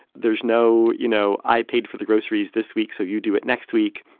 there's no you know, i paid for the groceries this week, so you do it next week.